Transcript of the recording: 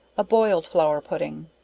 a boiled flour pudding.